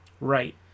Right